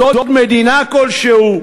סוד מדינה כלשהו?